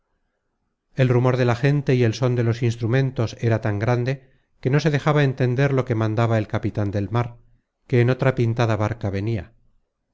el rumor de la gente y el són de los instrumentos era tan grande que no se dejaba entender lo que mandaba el capitan del mar que en otra pintada barca venia